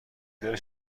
داره